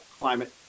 climate